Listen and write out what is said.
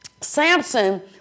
Samson